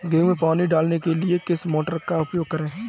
गेहूँ में पानी डालने के लिए किस मोटर का उपयोग करें?